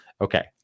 Okay